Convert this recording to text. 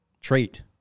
trait